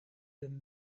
than